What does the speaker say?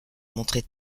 montrer